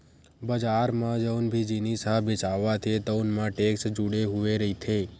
बजार म जउन भी जिनिस ह बेचावत हे तउन म टेक्स जुड़े हुए रहिथे